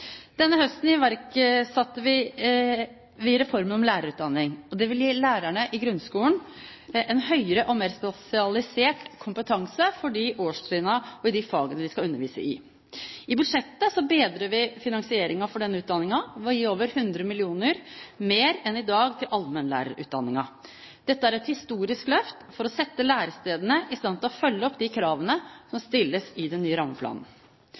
Denne høsten iverksatte vi reformen om lærerutdanning. Det vil gi lærerne i grunnskolen en høyere og mer spesialisert kompetanse for de årstrinnene, og i de fagene, de skal undervise. I budsjettet bedrer vi finansieringen for denne utdanningen ved å gi over 100 mill. kr mer enn i dag til allmennlærerutdanningen. Dette er et historisk løft for å sette lærestedene i stand til å følge opp de kravene som stilles i den nye rammeplanen.